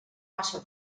massa